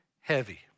heavy